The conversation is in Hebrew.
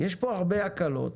יש פה הרבה הקלות.